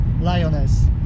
lioness